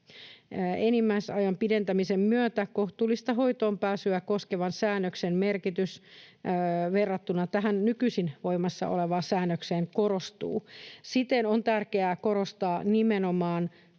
enimmäisajan pidentämisen myötä kohtuullista hoitoonpääsyä koskevan säännöksen merkitys verrattuna tähän nykyisin voimassa olevaan säännökseen korostuu. Siten on tärkeää korostaa nimenomaan